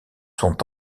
sont